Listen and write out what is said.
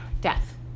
death